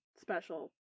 special